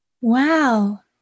Wow